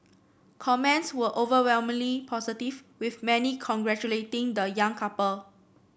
comments were overwhelmingly positive with many congratulating the young couple